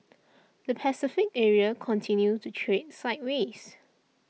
the Pacific area continued to trade sideways